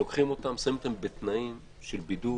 ושמים אותם בתנאי בידוד.